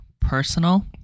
personal